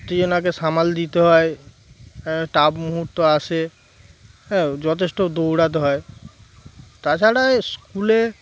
প্রতি জনাকে সামাল দিতে হয় হ্যাঁ টাফ মুহূর্ত আসে হ্যাঁ যথেষ্ট দৌড়াতে হয় তাছাড়া স্কুলে